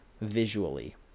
visually